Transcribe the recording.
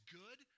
good